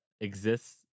exists